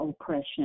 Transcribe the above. oppression